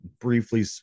briefly